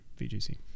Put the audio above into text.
VGC